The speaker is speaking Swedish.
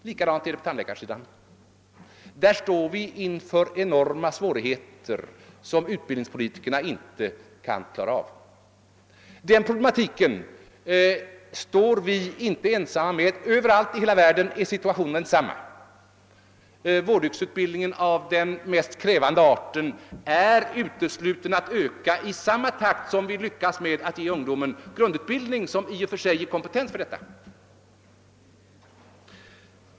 Likadant är det inom tandläkarutbildningen. Härvidlag står vi inför enorma svårigheter, som utbildningspolitikerna inte kan klara av. Vi är inte ensamma om denna problematik utan situationen är densamma världen över. Det är uteslutet att vi skall kunna öka kapaciteten hos de mest krävande delarna av vårdyrkesutbildningen i samma takt som vi lyckas ge ungdomarna den grundutbildning som i och för sig ger kompetens för denna.